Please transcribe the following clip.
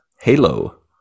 Halo